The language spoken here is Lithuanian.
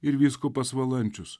ir vyskupas valančius